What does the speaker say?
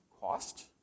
cost